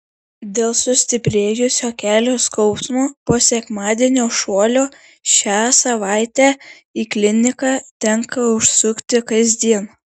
dėl sustiprėjusio kelio skausmo po sekmadienio šuolio šią savaitę į kliniką tenka užsukti kasdien